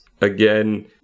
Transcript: Again